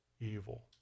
evil